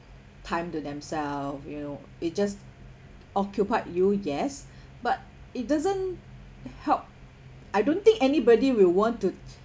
time to themselves you know it just occupy you yes but it doesn't help I don't think anybody will want to